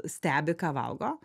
stebi ką valgo